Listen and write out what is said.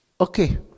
Okay